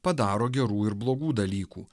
padaro gerų ir blogų dalykų